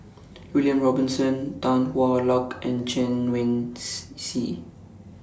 William Robinson Tan Hwa Luck and Chen Wen Hsi